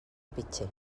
pitxer